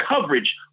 coverage